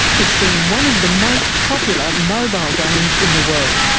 it's been one of the most popular mobile games in the world,